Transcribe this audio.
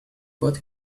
got